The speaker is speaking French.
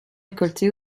récoltés